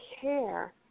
care